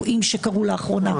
מה קורה כאן?